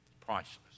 priceless